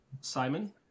Simon